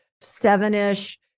seven-ish